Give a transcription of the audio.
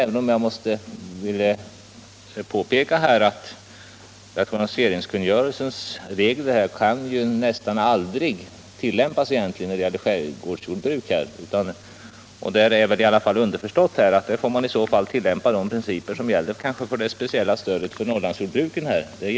Jag vill dock i detta sammanhang påpeka att rationaliseringskungörelsens regler nästan aldrig kan tillämpas när det gäller skärgårdsjordbrukare. Det är kanske underförstått att man i dessa fall får tillämpa de speciella regler som gäller för Norrlandsjordbruket.